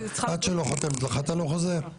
עד שלא חותמת לך, אתה לא חוזר.